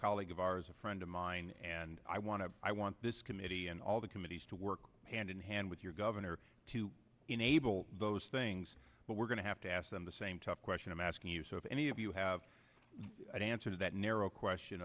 colleague of ours a friend of mine and i want to i want this committee and all the committees to work hand in hand with your governor to enable those things but we're going to have to ask them the same tough question i'm asking you so if any of you have an answer to that narrow question